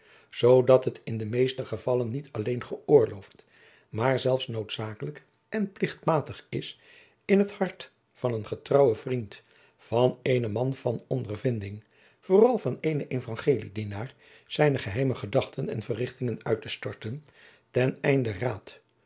zoodat het in de meeste gevallen niet alleen gëoorloofd maar zelfs noodzakelijk en plichtmatig is in het hart van een getrouwen vriend van eenen man van ondervinding vooral van eenen evangeliedienaar zijne geheime gedachten en verrichtingen uit te storten ten einde raad